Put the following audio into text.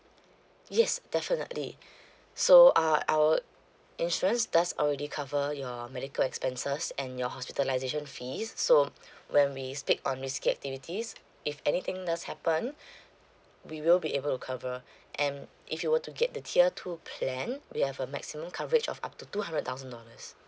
yes definitely so uh our insurance does already cover your medical expenses and your hospitalization fees so when we speak on risky activities if anything does happen we will be able to cover and if you were to get the tier two plan we have a maximum coverage of up to two hundred thousand dollars